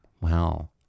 Wow